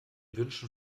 wünschen